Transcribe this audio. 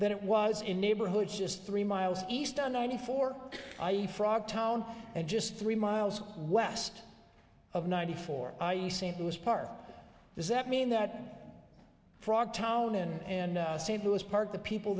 than it was in neighborhoods just three miles east on ninety four i e frogtown and just three miles west of ninety four i e st louis park does that mean that frogtown and and st louis park the people